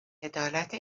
عدالت